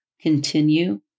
Continue